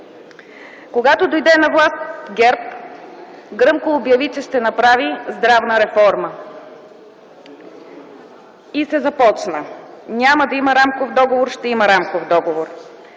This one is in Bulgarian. Когато дойде на власт ГЕРБ, гръмко обяви, че ще направи здравна реформа. И се започна: „Няма да има рамков договор, ще има рамков договор,